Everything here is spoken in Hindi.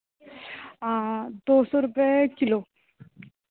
दो सौ रुपये किलो